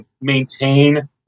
maintain